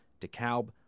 DeKalb